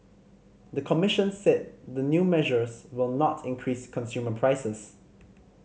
the commission said the new measures will not increase consumer prices